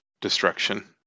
destruction